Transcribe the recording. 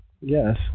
yes